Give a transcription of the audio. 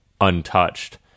untouched